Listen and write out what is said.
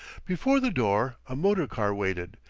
before the door a motor-car waited,